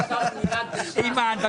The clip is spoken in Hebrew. חברת הכנסת אימאן ח'טיב יאסין,